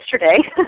yesterday